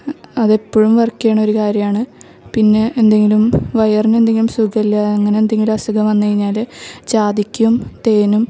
അത് എപ്പഴും വർക്ക് ചെയ്യുന്ന ഒര് കാര്യമാണ് പിന്നെ എന്തെങ്കിലും വയറിനെന്തേലും സുഖമില്ല അങ്ങനെ എന്തെങ്കിലും അസുഖം വന്ന് കഴിഞ്ഞാൽ ജാതിയ്ക്കയും തേനും